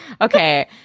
Okay